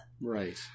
Right